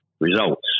results